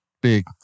big